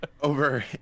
Over